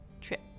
trip